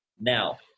Now